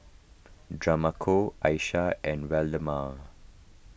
Demarco Aisha and Waldemar